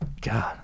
God